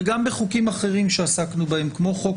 וגם בחוקים אחרים שעסקנו בהם כמו חוק